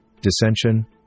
dissension